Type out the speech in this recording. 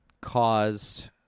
caused